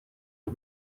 uru